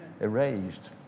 Erased